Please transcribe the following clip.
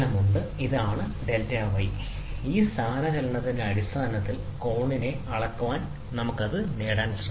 അതിനാൽ ഇതാണ് ∆y ഇത് സ്ഥാനചലനത്തിന്റെ അടിസ്ഥാനത്തിൽ കോണിനെ അളക്കാൻ ഉപയോഗിക്കുന്നു നമുക്ക് അത് നേടാൻ ശ്രമിക്കാം